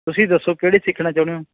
ਤੁਸੀਂ ਦੱਸੋ ਕਿਹੜੇ ਸਿੱਖਣਾ ਚਾਹੁੰਦੇ ਹੋ